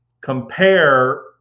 compare